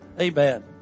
Amen